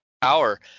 power